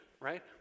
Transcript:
right